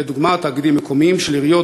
לדוגמה תאגידים מקומיים של עיריות,